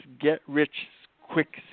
get-rich-quick